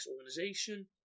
organization